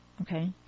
Okay